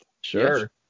Sure